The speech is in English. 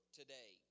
today